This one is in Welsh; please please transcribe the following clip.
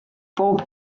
bob